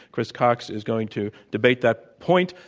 chris cox is going to debate that point,